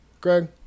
greg